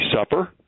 Supper